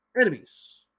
enemies